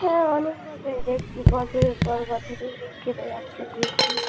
হ্যাঁ অনেক বার দেখছি বছরের পর বছর কেটে যাচ্ছে দেখছি